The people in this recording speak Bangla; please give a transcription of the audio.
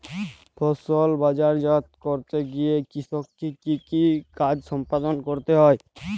ফসল বাজারজাত করতে গিয়ে কৃষককে কি কি কাজ সম্পাদন করতে হয়?